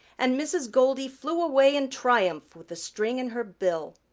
and mrs. goldy flew away in triumph with the string in her bill.